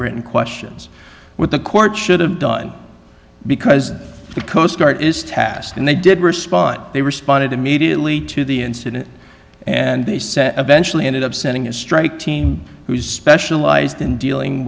written questions with the court should have done because the coast guard is tasked and they did response they responded immediately to the incident and they say eventually ended up sending a strike team who specialized in dealing